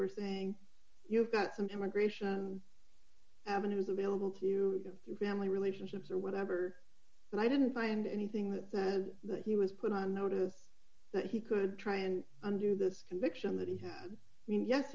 were saying you've got some immigration avenues available to you your family relationships or whatever and i didn't find anything that that and that he was put on notice that he could try and undo this conviction that he had i mean yes